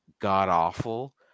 god-awful